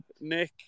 Nick